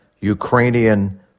Ukrainian